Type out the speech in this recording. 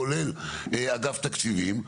כולל אגף תקציבים.